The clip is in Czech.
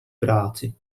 práci